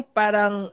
parang